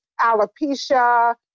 alopecia